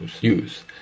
use